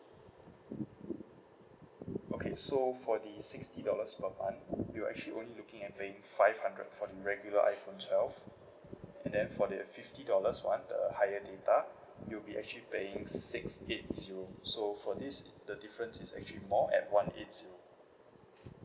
okay so for the sixty dollars per month you're actually only looking at paying five hundred for the regular iphone twelve and then for the fifty dollars one the higher data you'll be actually paying six eight zero so for this the difference is actually more at one eight zero